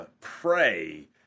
Pray